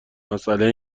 مسئله